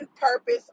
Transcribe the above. purpose